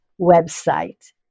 website